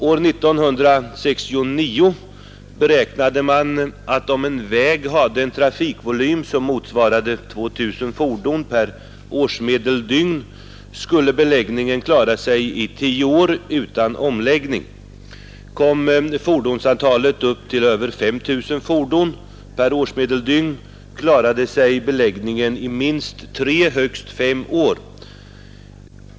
År 1969 beräknade man att om en väg hade en trafikvolym, motsvarande 2 000 fordon per årsmedeldygn, skulle beläggningen klara sig i tio år utan omläggning. Kom fordonsantalet upp till över 5 000 per årsmedeldygn, klarade sig beläggningen i minst tre, högst fem år.